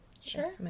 Sure